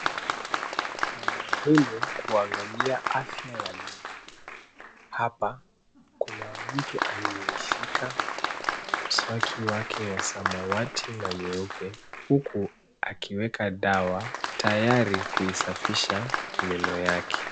Ni muhimu kuangalia afya ya meno. Hapa kuna mtu aliye shika mswaki wake wa samawati na nyeupe huku akiweka dawa tayari kuisafisha meno yake.